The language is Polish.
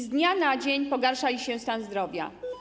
Z dnia na dzień pogarsza się ich stan zdrowia.